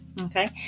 Okay